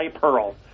pearl